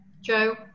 Joe